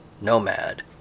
Nomad